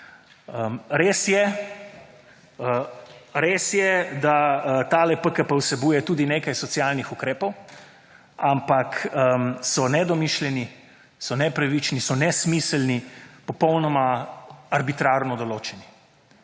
naprej. Res je, da ta PKP vsebuje tudi nekaj socialnih ukrepov, ampak so nedomišljeni, so nepravični, so nesmiselni, popolnoma arbitrarno določeni.